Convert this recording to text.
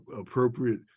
appropriate